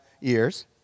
years